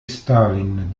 stalin